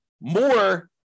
more